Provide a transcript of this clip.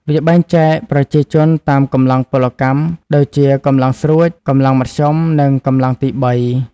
វាបែងចែកប្រជាជនតាមកម្លាំងពលកម្ម ដូចជាកម្លាំងស្រួច កម្លាំងមធ្យម និងកម្លាំងទី៣។